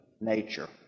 nature